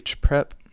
prep